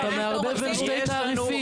אתה מערבב בין שני תעריפים.